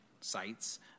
sites